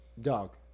dog